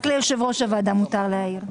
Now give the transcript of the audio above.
רק ליושב-ראש הוועדה מותר להעיר.